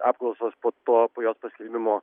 apklausos po to po jos paskelbimo